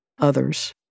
others